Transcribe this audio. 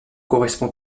correspond